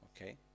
okay